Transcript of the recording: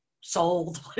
sold